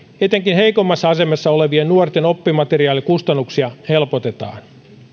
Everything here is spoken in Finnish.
etenkin heikoimmassa asemassa olevien nuorten oppimateriaalikustannuksia helpotetaan